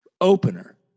Opener